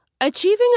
Achieving